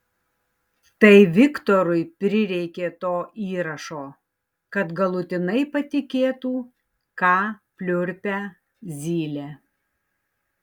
tai viktorui prireikė to įrašo kad galutinai patikėtų ką pliurpia zylė